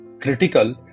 critical